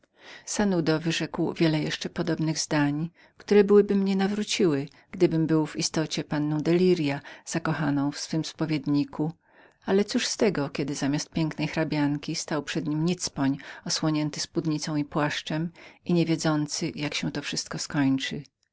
sanudo wyrzekł wiele jeszcze podobnych zdań które byłyby mnie nawróciły gdybym był w istocie panną de lirias zakochaną w moim spowiedniku ale coż z tego kiedy zamiast pięknej hrabianki stał przed nim mały łotr osłoniony spodnicą i kwefem i niewiedzący jak się to wszystko skończy